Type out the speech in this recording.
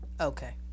okay